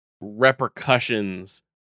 repercussions